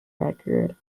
record